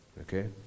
okay